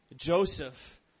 Joseph